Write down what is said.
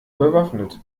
bewaffnet